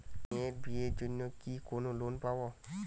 মেয়ের বিয়ের জন্য কি কোন লোন পাব?